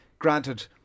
Granted